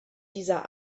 dieser